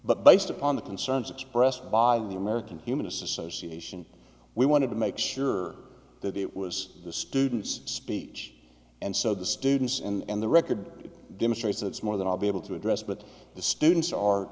but based upon the concerns expressed by the american humanist association we wanted to make sure that it was the student's speech and so the students and the record demonstrates that it's more than i'll be able to address but the students are